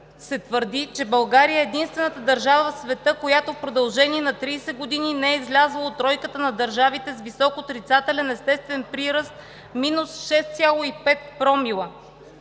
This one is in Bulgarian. се твърди, че България е единствената държава в света, която в продължение на 30 години не е излязла от тройката на държавите с висок отрицателен естествен прираст – минус 6,5 промила.